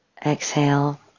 exhale